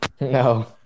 No